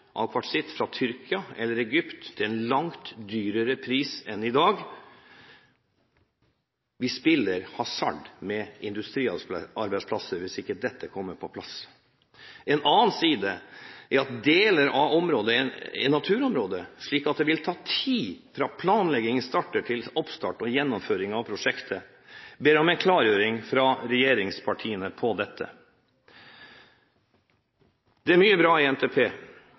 av kvartsitt fra Tyrkia eller Egypt, til en langt dyrere pris enn i dag. Vi spiller hasard med industriarbeidsplasser hvis ikke dette kommer på plass. En annen side er at deler av området er naturområder, slik at det vil ta tid fra planleggingen starter til oppstart og gjennomføring av prosjektet. Jeg ber om en klargjøring fra regjeringspartiene om dette. Det står mye bra i NTP